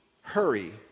hurry